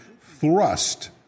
thrust